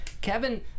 Kevin